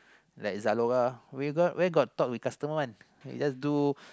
like Zalora where got where got talk with customers one you just do